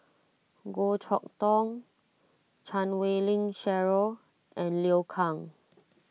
Goh Chok Tong Chan Wei Ling Cheryl and Liu Kang